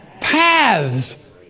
Paths